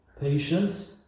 patience